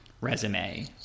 resume